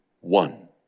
one